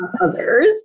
others